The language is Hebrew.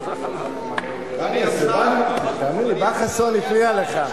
אדוני, מה אני אעשה, בא חסון, הפריע לך.